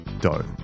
dough